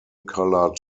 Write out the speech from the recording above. coloured